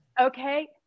Okay